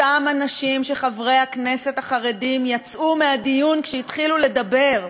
אותם אנשים שחברי הכנסת החרדים יצאו מהדיון כשהתחילו לדבר,